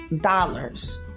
dollars